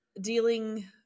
dealing